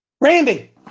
Randy